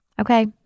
Okay